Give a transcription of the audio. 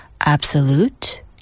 absolute